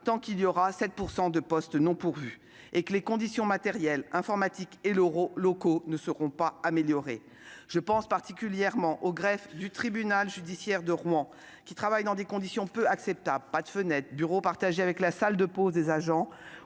tant qu'il y aura 7 % de postes non pourvus et que les conditions matérielles- informatiques et locaux -ne seront pas améliorées. Je pense particulièrement au greffe du tribunal judiciaire de Rouen, qui travaille dans des conditions peu acceptables : pas de fenêtres, bureaux partagés avec la salle de pause des agents